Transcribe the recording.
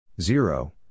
Zero